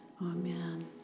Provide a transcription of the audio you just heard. amen